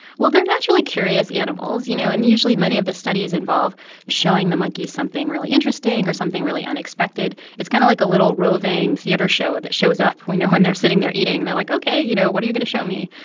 well, they're naturally curious animals, you know, and usually many of the studies involve showing the monkeys something really interesting or something really unexpected. it's kind of like a little roving theater show that shows up, you know, when they're sitting there eating and they're like, ok, you know, what are you going to show me?